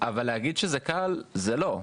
אבל להגיד שזה קל זה לא.